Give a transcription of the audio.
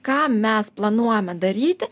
ką mes planuojame daryti